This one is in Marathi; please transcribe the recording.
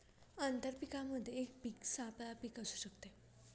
आंतर पीकामध्ये एक पीक सापळा पीक असू शकते